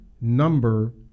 number